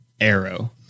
Arrow